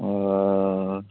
او